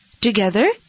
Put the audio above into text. Together